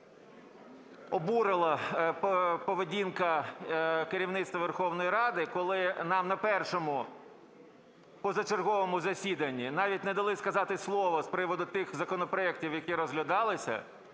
настільки обурила поведінка керівництва Верховної Ради, коли нам на першому позачерговому засіданні навіть не дали сказати слово з приводу тих законопроектів, які розглядалися.